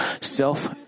self